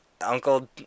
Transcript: uncle